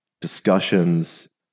discussions